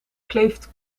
kleeft